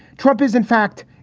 trump is, in fact,